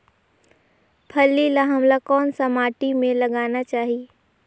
फल्ली ल हमला कौन सा माटी मे लगाना चाही?